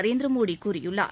நரேந்திரமோடி கூறியுள்ளார்